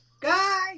Guys